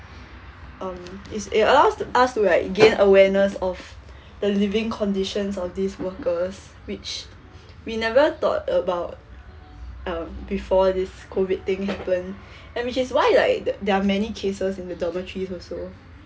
um is it allowed us to like gain awareness of the living conditions of these workers which we never thought about um before this COVID thing happened and which is why like there're many cases in the dormitory also